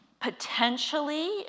Potentially